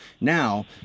Now